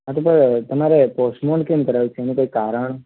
હા તો પણ તમારે પોસપોન્ડ કેમ કરાવવું છે એનું કોઈ કારણ